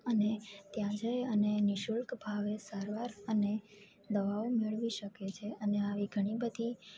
અને ત્યાં જે અને નિ શુલ્ક ભાવે સારવાર અને દવાઓ મેળવી શકે છે અને આવી ઘણી બધી